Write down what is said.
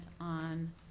on